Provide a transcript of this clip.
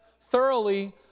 thoroughly